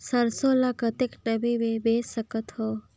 सरसो ल कतेक नमी मे बेच सकथव?